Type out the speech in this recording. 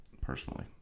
personally